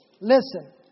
Listen